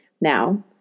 Now